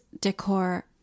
decor